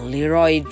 Leroy